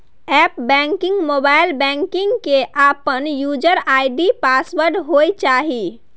app banking, mobile banking के अपन user ID password होय चाहिए